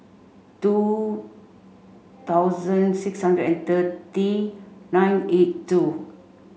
two thousand six hundred and thirty nine eight two